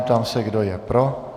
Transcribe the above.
Ptám se, kdo je pro.